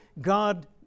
God